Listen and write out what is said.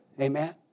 Amen